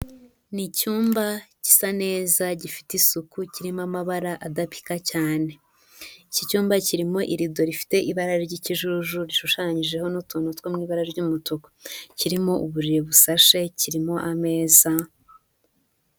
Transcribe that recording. Ni icyumba gisa neza, gifite isuku, kirimo amabara adapika cyane. Iki cyumba kirimo irido rifite ibara ry'ikijuju, rishushanyijeho n'utuntu two mu ibara ry'umutuku. Kirimo uburiri busashe, kirimo ameza.